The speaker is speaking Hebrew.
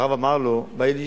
הרב אמר לו כהאי לישנא,